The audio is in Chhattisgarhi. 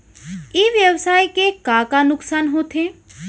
ई व्यवसाय के का का नुक़सान होथे?